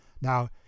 Now